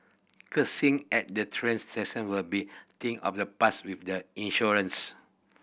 cursing at the train station will be thing of the past with the insurance